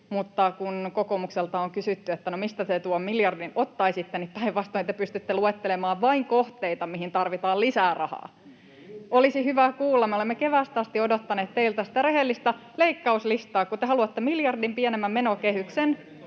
mutta kun kokoomukselta on kysytty, että no, mistä te tuon miljardin ottaisitte, niin päinvastoin te pystytte luettelemaan vain kohteita, mihin tarvitaan lisää rahaa. [Ben Zyskowicz: No niin tekin!] Olisi hyvä kuulla, me olemme keväästä asti odottaneet teiltä sitä rehellistä leikkauslistaa. Kun te haluatte miljardin pienemmän menokehyksen